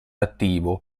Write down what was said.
attivo